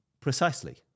Precisely